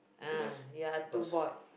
ah ya too bored